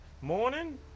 morning